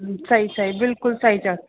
सही सही बिल्कुलु सही अथस